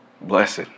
Blessed